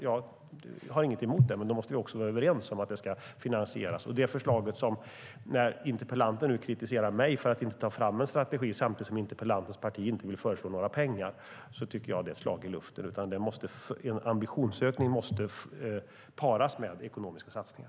Jag har inget emot det, men då måste vi också vara överens om att det ska finansieras. Att interpellanten nu kritiserar mig för att inte ta fram en strategi samtidigt som interpellantens parti inte vill anslå några pengar tycker jag är ett slag i luften. En ambitionsökning måste paras med ekonomiska satsningar.